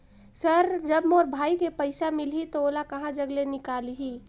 Sir जब मोर भाई के पइसा मिलही तो ओला कहा जग ले निकालिही?